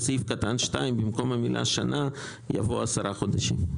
בסעיף קטן (2) במקום המילה שנה יבוא: 10 חודשים.